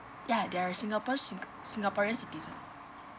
ya they're singapore sing~ singaporean citizen